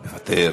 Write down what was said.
מוותר,